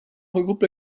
regroupe